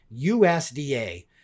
USDA